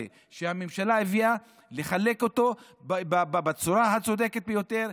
שהממשלה הביאה בצורה הצודקת ביותר,